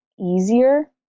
easier